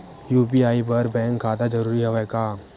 UPI बर bank खाता जरूरी हवय का?